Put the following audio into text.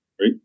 right